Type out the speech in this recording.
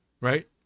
right